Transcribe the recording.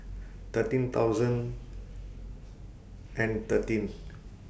thirteen thousand and thirteen